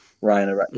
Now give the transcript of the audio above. Ryan